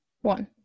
one